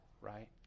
right